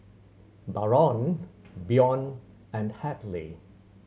Barron Bjorn and Hadley